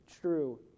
true